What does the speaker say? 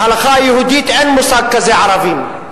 בהלכה היהודית אין מושג כזה "ערבים",